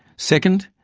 second,